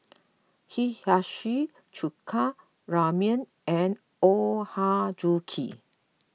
Hiyashi Chuka Ramyeon and Ochazuke